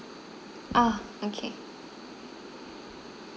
oh okay